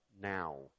now